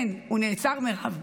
כן, הוא נעצר, מירב.